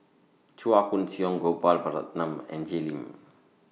Chua Koon Siong Gopal Baratham and Jay Lim